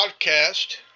podcast